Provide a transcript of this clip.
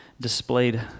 displayed